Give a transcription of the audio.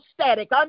static